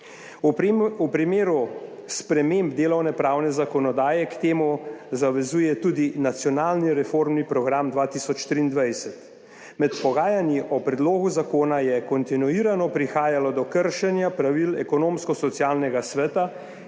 V primeru sprememb delovnopravne zakonodaje k temu zavezuje tudi Nacionalni reformni program 2023. Med pogajanji o predlogu zakona je kontinuirano prihajalo do kršenja pravil Ekonomsko-socialnega sveta